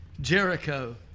Jericho